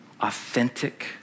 authentic